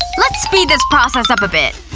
let's speed this process up a bit,